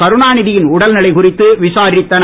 கருணாநிதியின் உடல்நிலை குறித்து விசாரித்தனர்